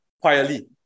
quietly